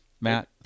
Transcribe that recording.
Matt